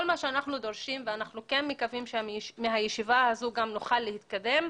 מה שאנחנו דורשים ואנחנו כן מקווים שמהישיבה הזו נוכל להתקדם,